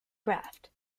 craft